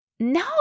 No